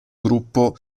gruppo